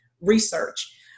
research